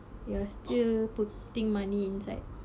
you are still putting money inside